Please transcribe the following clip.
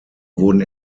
wurden